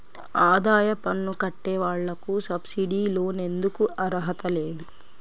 ఆదాయ పన్ను కట్టే వాళ్లకు సబ్సిడీ లోన్ ఎందుకు అర్హత లేదు?